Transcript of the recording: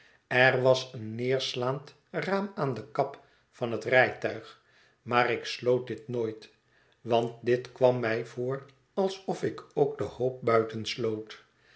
er was een neerslaand raam aan de kap van het rijtuig maar ik sloot dit nooit want dit kwam mij voor alsof ik ook de hoop